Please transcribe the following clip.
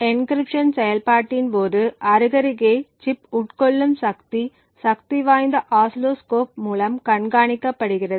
encryption செயல்பாட்டின் போது அருகருகே சிப் உட்கொள்ளும் சக்தி சக்திவாய்ந்த ஆசிலோஸ்க்கோப் மூலம் கண்காணிக்கப்படுகிறது